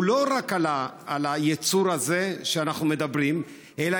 הוא לא רק על היצור הזה שאנחנו מדברים עליו,